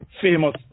famous